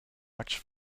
much